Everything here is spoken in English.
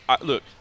look